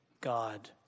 God